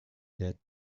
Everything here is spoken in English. that